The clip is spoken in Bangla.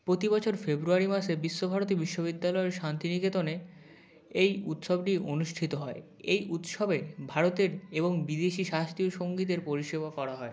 প্রতিবছর ফেব্রুয়ারি মাসে বিশ্বভারতী বিশ্ববিদ্যালয়ের শান্তিনিকেতনে এই উৎসবটি অনুষ্ঠিত হয় এই উৎসবে ভারতের এবং বিদেশি শাস্ত্রীয় সংগীতের পরিষেবা করা হয়